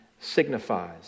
signifies